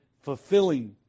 fulfilling